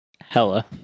hella